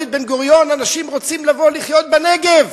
בן-גוריון: אנשים רוצים לבוא לחיות בנגב,